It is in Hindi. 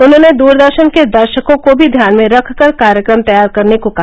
उन्होंने द्रदर्शन के दर्शकों को भी ध्यान में रखकर कार्यक्रम तैयार करने को कहा